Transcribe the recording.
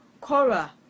Cora